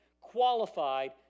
qualified